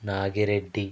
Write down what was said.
Nagi Reddy